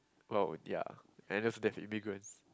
well ya unless there's immigrants